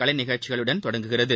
கலைநிகழ்ச்சிகளுடன் தொடங்குகிறது